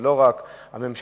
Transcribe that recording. זה לא רק הממשלה.